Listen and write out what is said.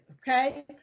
okay